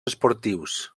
esportius